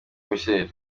michel